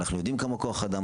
אנחנו יודעים כמה כוח אדם,